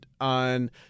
on